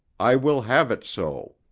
i will have it so.